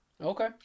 Okay